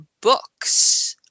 books –